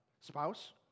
Spouse